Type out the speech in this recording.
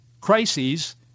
crises